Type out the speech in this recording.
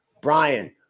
Brian